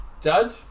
Judge